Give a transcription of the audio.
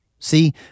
See